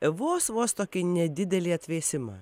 vos vos tokį nedidelį atvėsimą